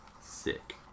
sick